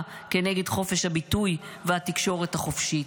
כנגד חופש הביטוי והתקשורת החופשית.